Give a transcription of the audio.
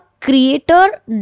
creator